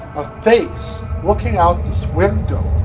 face looking out this window.